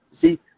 See